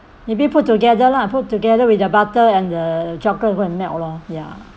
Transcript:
maybe put together lah put together with the butter and the chocolate go and melt lor ya